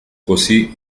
così